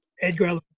Edgar